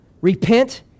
repent